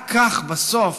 רק כך בסוף,